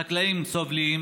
והחקלאים סובלים,